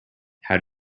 how